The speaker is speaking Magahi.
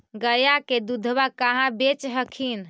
गया के दूधबा कहाँ बेच हखिन?